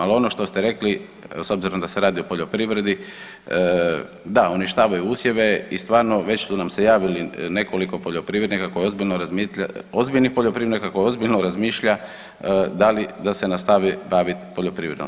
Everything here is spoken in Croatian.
Al ono što ste rekli s obzirom da se radi o poljoprivredi, da uništavaju usjeve i stvarno već su nam se javili nekoliko poljoprivrednika koji ozbiljno razmišljaju, ozbiljnih poljoprivrednika koji ozbiljno razmišlja da li da se nastavi bavit poljoprivredom.